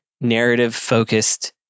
narrative-focused